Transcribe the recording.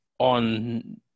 on